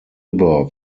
labour